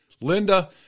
Linda